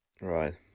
Right